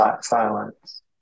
silence